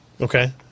Okay